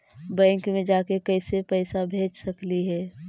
Bank मे जाके कैसे पैसा भेज सकली हे?